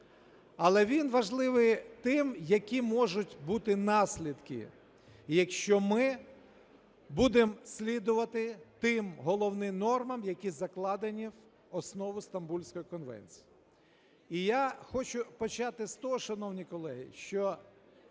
Але він важливий тим, які можуть бути наслідки, якщо ми будемо слідувати тим головним нормам, які закладені в основу Стамбульської конвенції. І я хочу почати з того, шановні колеги, що